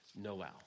Noel